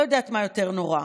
אני לא יודעת מה יותר נורא,